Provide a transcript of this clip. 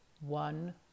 one